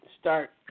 start